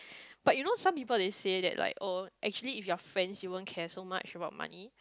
but you know some people they say that like oh actually if you're friends you won't care so much about money